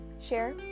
share